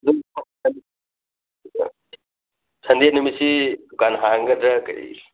ꯁꯟꯗꯦ ꯅꯨꯃꯤꯠꯁꯤ ꯗꯨꯀꯥꯟ ꯍꯥꯡꯒꯗ꯭ꯔ ꯀꯩ